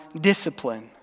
discipline